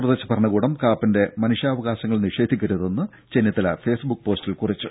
ഉത്തർപ്രദേശ് ഭരണകൂടം കാപ്പന്റെ മനുഷ്യാവകാശങ്ങൾ നിഷേധിക്കരുതെന്ന് ചെന്നിത്തല ഫെയ്സ്ബുക്ക് പേജിൽ കുറിച്ചു